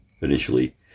initially